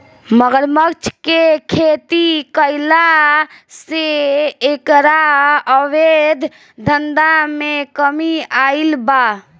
मगरमच्छ के खेती कईला से एकरा अवैध धंधा में कमी आईल बा